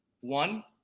one